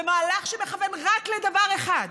במהלך שמכוון רק לדבר אחד,